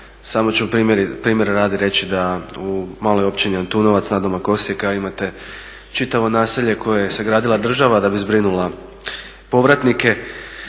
Samo ću primjera radi reći da u maloj općini Antunovac nadomak Osijeka imate čitavo naselje koje je sagradila država da bi zbrinula povratnike